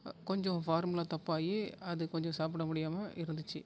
கொஞ்சம் ஃபார்முலா தப்பாகி அது கொஞ்சம் சாப்பிட முடியாமல் இருந்துச்சு